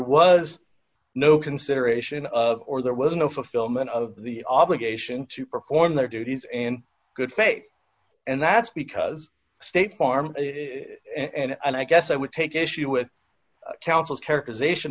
was no consideration of or there was no fulfillment of the obligation to perform their duties in good faith and that's because state farm and i guess i would take issue with councils characterization